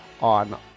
on